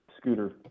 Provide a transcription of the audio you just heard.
scooter